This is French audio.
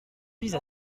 vise